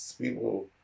people